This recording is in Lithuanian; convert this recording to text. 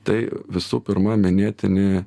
tai visų pirma minėtini